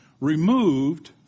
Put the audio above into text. removed